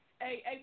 hey